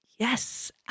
Yes